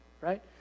right